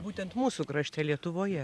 būtent mūsų krašte lietuvoje